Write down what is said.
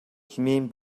хэмээн